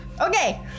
Okay